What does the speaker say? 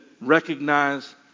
recognize